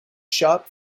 shop